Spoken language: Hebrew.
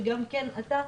שגם כן אתה,